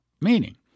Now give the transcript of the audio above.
Meaning